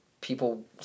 people